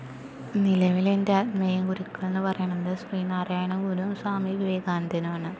നിലവിലെന്റെ ആത്മീയ ഗുരുക്കൾ എന്ന് പറയണത് ശ്രീ നാരായണ ഗുരുവും സ്വാമി വിവേകാനന്ദനുമാണ്